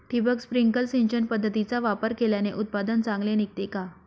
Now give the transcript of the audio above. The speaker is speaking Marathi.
ठिबक, स्प्रिंकल सिंचन पद्धतीचा वापर केल्याने उत्पादन चांगले निघते का?